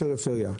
פריפריה,